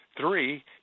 Three